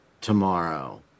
tomorrow